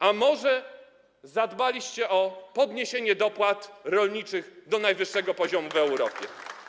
A może zadbaliście o podniesienie dopłat rolniczych do najwyższego poziomu w Europie?